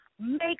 make